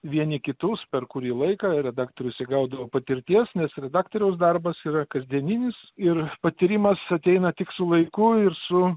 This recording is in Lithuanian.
vieni kitus per kurį laiką redaktorius įgaudavo patirties nes redaktoriaus darbas yra kasdieninis ir patyrimas ateina tik su laiku ir su